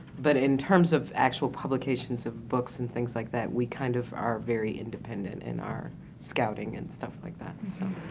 but in terms of actual publications of books and things like that, we kind of are very independent in our scouting and stuff like that so.